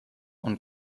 und